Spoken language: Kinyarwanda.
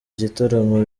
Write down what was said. gitaramo